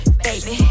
baby